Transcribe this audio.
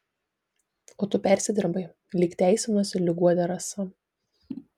o tu persidirbai lyg teisinosi lyg guodė rasa